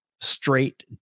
straight